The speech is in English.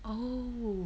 oh